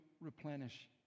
replenish